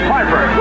Piper